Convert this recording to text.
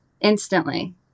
instantly